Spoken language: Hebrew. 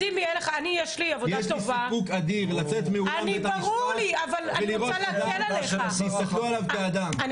יש לי סיפוק אדיר לצאת מאולם בית המשפט ולראות אדם שיסתכלו עליו כאדם,